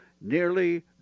nearly